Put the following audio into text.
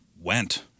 went